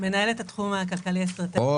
מנהלת התחום הכלכלי האסטרטגי במשרד